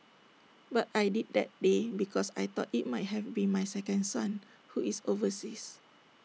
but I did that day because I thought IT might have been my second son who is overseas